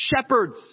Shepherds